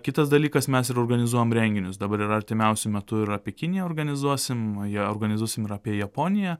kitas dalykas mes ir organizuojam renginius dabar ir artimiausiu metu ir apie kiniją organizuosim jo organizuosim ir apie japoniją